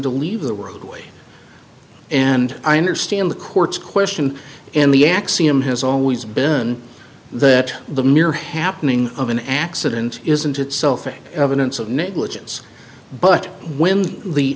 to leave the world away and i understand the court's question and the axiom has always been that the mere happening of an accident isn't itself evidence of negligence but when the